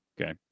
Okay